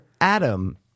Adam